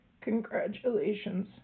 congratulations